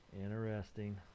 Interesting